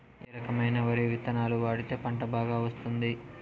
ఏ రకమైన వరి విత్తనాలు వాడితే పంట బాగా వస్తుంది?